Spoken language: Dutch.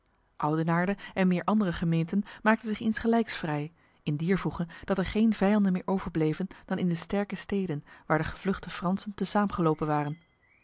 oudenaarde en meer andere gemeenten maakten zich insgelijks vrij in dier voege dat er geen vijanden meer overbleven dan in de sterke steden waar de gevluchte fransen te saam gelopen waren